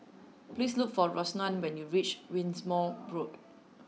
please look for Rosanna when you reach Wimborne Road